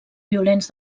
violents